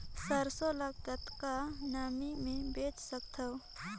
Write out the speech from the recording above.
सरसो ल कतेक नमी मे बेच सकथव?